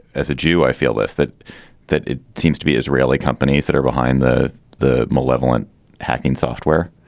as a jew, i feel this that that seems to be israeli companies that are behind the the malevolent hacking software